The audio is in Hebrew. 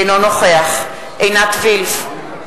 אינו נוכח עינת וילף,